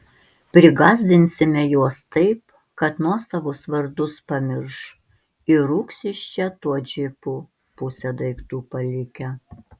prigąsdinsime juos taip kad nuosavus vardus pamirš ir rūks iš čia tuo džipu pusę daiktų palikę